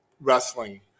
wrestling